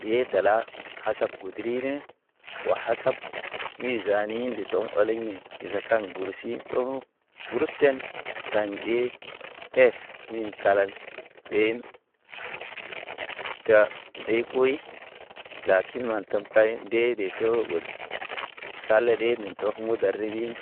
Ɓe dala, hakab gude ri ne o hasab. Mi zani de don ɔle ɲen izakan gursi ndog nog, gursu ten. Taɲ ɓe ef min kalal ɓen. Tar nde koy lakine mata kay kayen dede to bəl. Sal an dede sal an To mudaribin